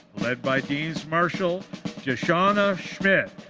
led by deans marshal jeshawna schmidt.